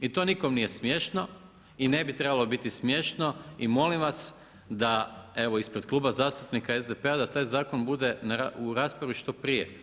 I to nikome nije smiješno i ne bi trebalo biti smiješno i molim vas, da evo ispred Kluba zastupnika SDP-a da taj zakon bude u raspravi što prije.